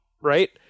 right